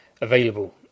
available